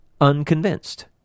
unconvinced